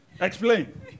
Explain